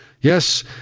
Yes